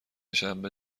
شنبه